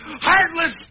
Heartless